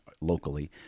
locally